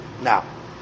Now